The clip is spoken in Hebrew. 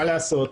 מה לעשות,